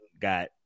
got